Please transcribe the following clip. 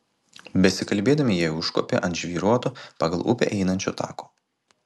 besikalbėdami jie užkopė ant žvyruoto pagal upę einančio tako